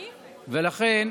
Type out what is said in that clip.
לכן,